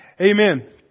Amen